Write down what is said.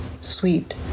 sweet